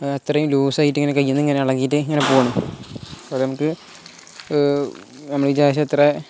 അത്രയും ലൂസായിട്ട് ഇങ്ങനെ കയ്യിൽ നിന്ന് ഇങ്ങനെ ഇളകിയിട്ട് ഇങ്ങനെ പോകുന്നു അപ്പം നമുക്ക് നമ്മൾ വിചാരിച്ചത്ര